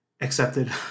accepted